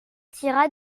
tira